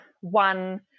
one